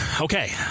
okay